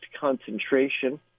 concentration